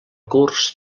curs